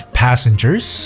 passengers